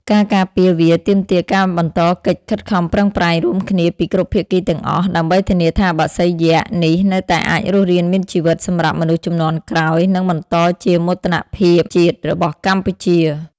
ការការពារវាទាមទារការបន្តកិច្ចខិតខំប្រឹងប្រែងរួមគ្នាពីគ្រប់ភាគីទាំងអស់ ដើម្បីធានាថា បក្សីយក្ស នេះនៅតែអាចរស់រានមានជីវិតសម្រាប់មនុស្សជំនាន់ក្រោយ និងបន្តជាមោទនភាពជាតិរបស់កម្ពុជា។